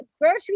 grocery